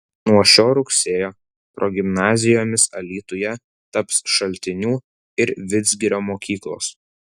nuo šio rugsėjo progimnazijomis alytuje taps šaltinių ir vidzgirio mokyklos